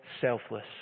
selfless